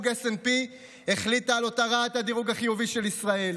S&P החליטה על הותרת הדירוג החיובי של ישראל,